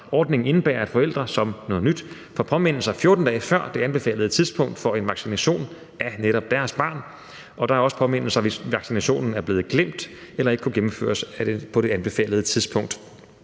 Ordningen indebærer, at forældre som noget nyt får påmindelser 14 dage før det anbefalede tidspunkt for en vaccination af netop deres barn, og der er også påmindelser, hvis vaccinationen er blevet glemt eller ikke kunne gennemføres på det anbefalede tidspunkt.